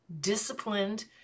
disciplined